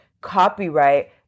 copyright